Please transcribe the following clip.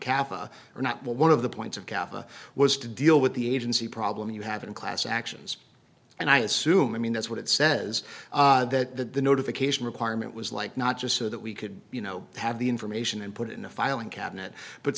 cafe or not but one of the points of kappa was to deal with the agency problem you have in class actions and i assume i mean that's what it says that the notification requirement was like not just so that we could you know have the information and put it in a filing cabinet but